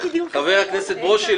חבר הכנסת ברושי,